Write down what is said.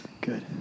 Good